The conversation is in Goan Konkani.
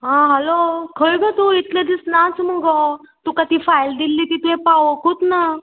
आं हालो खंय गो तूं इतलें दिस नाच मुगो तुका ती फायल दिल्ली ती तुवें पावोंकूत ना